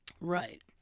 Right